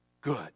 good